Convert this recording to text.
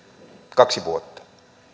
kaksi vuotta